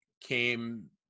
came